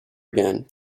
again